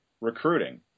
recruiting